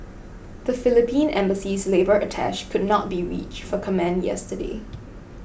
the Philippine Embassy's labour attach could not be reached for comment yesterday